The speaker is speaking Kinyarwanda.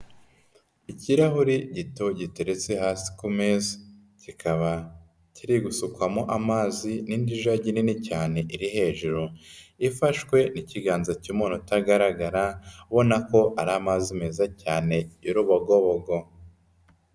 Ikirahure gito giteretse hasi ku meza, kikaba kiri gusukwamo amazi n'indi jage nini cyane iri hejuru, ifashwe n'ikiganza cy'umuntu utagaragara ubona ko ari amazi meza cyane y'urubogobogo.